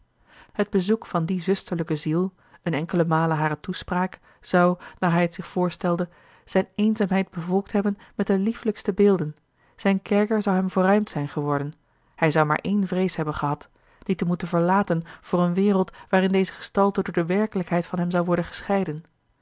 het bezoek van die zusterlijke ziel eene enkele male hare toespraak zou naar hij het zich voorstelde zijne eenzaamheid bevolkt hebben met de liefelijkste beelden zijn kerker zou hem verruimd zijn geworden hij zou maar ééne vrees hebben gehad die te moeten verlaten voor eene wereld waarin deze gestalte door de werkelijkheid van hem zou worden gescheiden